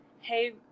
hey